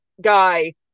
guy